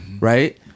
right